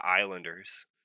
Islanders